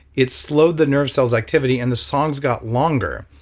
it slowed the nerve cells activity and the songs got longer,